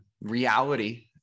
reality